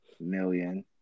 million